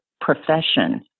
profession